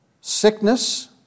sickness